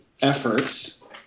efforts